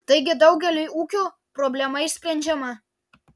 taigi daugeliui ūkių problema išsprendžiama